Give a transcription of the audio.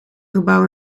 gebouw